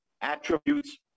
attributes